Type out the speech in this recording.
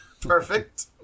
Perfect